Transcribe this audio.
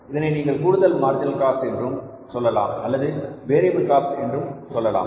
இதனை நீங்கள் கூடுதல் மார்ஜினல் காஸ்ட் என்றும் சொல்லலாம் அல்லது வேரியபில் காஸ்ட் என்றும் சொல்லலாம்